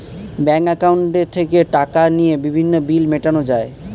bank অ্যাকাউন্টে থেকে টাকা নিয়ে বিভিন্ন বিল মেটানো যায়